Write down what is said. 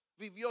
vivió